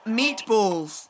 meatballs